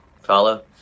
Follow